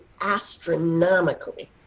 astronomically